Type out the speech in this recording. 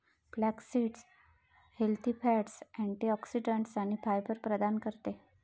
flaxseed healthy fats, antioxidants आणि fibre प्रदान करते